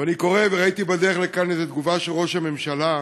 ואני קורא, וראיתי בדרך לכאן תגובה של ראש הממשלה,